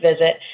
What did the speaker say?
visit